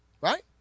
right